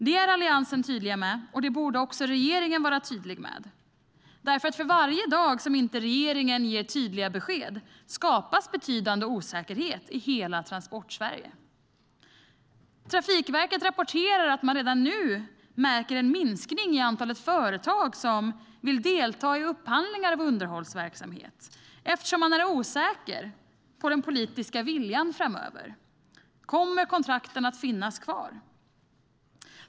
Det är Alliansen tydlig med, och det borde också regeringen vara tydlig med. För varje dag som regeringen inte ger besked skapas betydande osäkerhet i hela Transportsverige. Trafikverket rapporterar att man redan nu märker en minskning i antalet företag som vill delta i upphandlingar av underhållsverksamhet eftersom man är osäker på den politiska viljan framöver. Kommer kontrakten att finnas kvar?